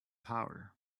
power